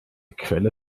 quelle